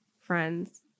friends